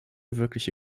wirkliche